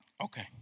okay